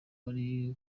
wari